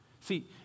See